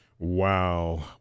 Wow